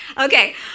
Okay